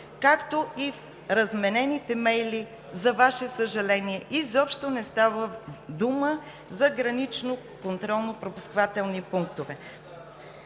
както и в разменените имейли. За Ваше съжаление изобщо не става дума за гранични контролно-пропускателни пунктове.